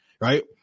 Right